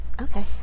okay